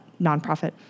nonprofit